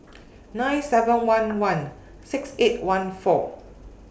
nine seven one one six eight one four